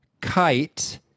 kite